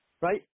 right